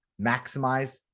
maximize